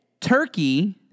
Turkey